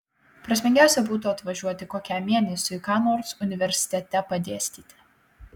prasmingiausia būtų atvažiuoti kokiam mėnesiui ką nors universitete padėstyti